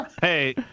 Hey